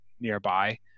nearby